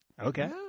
okay